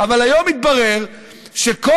אבל טוב,